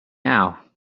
now